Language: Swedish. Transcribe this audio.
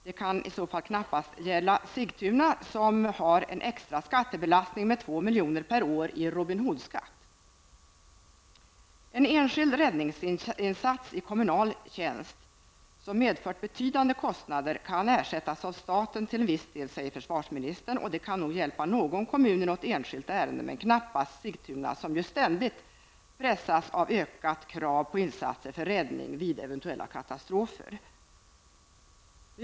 Det kan dock knappast gälla för Sigtuna, som har en extra skattebelastning med 2 milj.kr. per år på grund av En enskild räddningsinsats i kommunal tjänst som medfört betydande kostnader kan till en viss del ersättas av staten, säger försvarsministern, och det kan nog hjälpa någon kommun i något enskilt ärende, men knappast Sigtuna, som ju ständigt pressas av ökade krav på räddningsinsatser vid eventuella katastrofer.